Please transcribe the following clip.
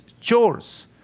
chores